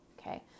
okay